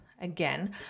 again